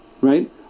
Right